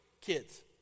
kids